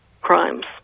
crimes